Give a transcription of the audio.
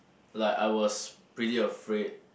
like I was pretty afraid